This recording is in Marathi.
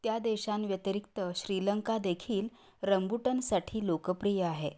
त्या देशांव्यतिरिक्त श्रीलंकादेखील रंबुटनसाठी लोकप्रिय आहे